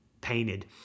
painted